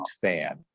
fan